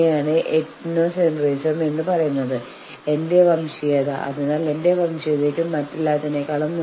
അതിനർത്ഥം ആരെങ്കിലും വന്ന് പറയുകയാണെങ്കിൽ അതായത് നിങ്ങൾ മേശയ്ക്ക് കുറുകെ ഇരിക്കുകയാണ്